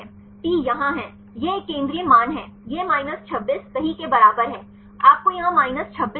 T यहाँ है यह एक केंद्रीय मान है यह 26 सही के बराबर है आपको यहाँ 26 मिला है